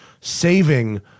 saving